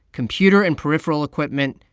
computer and peripheral equipment,